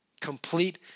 complete